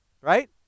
Right